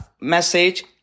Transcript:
message